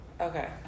Okay